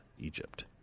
Egypt